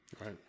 Right